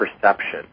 perception